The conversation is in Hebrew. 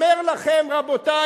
אומר לכם: רבותי,